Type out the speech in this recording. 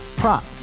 prop